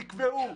תקבעו,